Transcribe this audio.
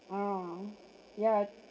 ah yeah